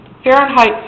Fahrenheit